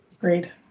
Great